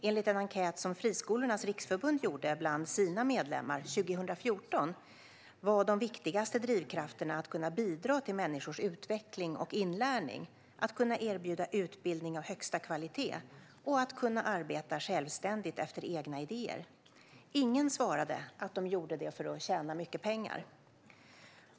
Enligt en enkät som Friskolornas riksförbund gjorde bland sina medlemmar 2014 var de viktigaste drivkrafterna att kunna bidra till människors utveckling och inlärning, att kunna erbjuda utbildning av högsta kvalitet och att kunna arbeta självständigt efter egna idéer. Ingen svarade att de gjorde det för att tjäna mycket pengar.